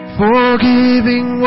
forgiving